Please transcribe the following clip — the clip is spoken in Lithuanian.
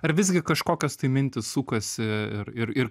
ar visgi kažkokios tai mintys sukasi ir ir